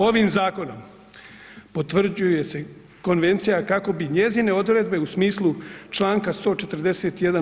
Ovim zakonom potvrđuje se konvencija kako bi njezine odredbe u smislu članka 141.